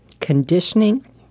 conditioning